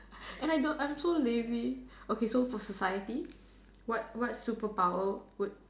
and I don't I'm so lazy okay so for society what what super power would